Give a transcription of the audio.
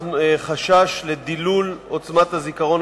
חשש לדילול עוצמת הזיכרון.